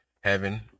heaven